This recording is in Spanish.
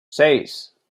seis